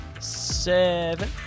seven